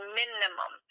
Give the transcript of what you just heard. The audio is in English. minimum